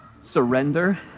surrender